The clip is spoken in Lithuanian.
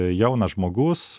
jaunas žmogus